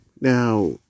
Now